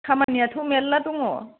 खामानियाथ' मेरला दङ